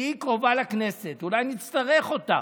תהיי קרובה לכנסת, אולי נצטרך אותך.